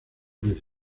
luis